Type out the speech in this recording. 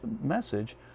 message